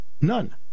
None